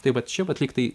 tai vat čia vat lygtai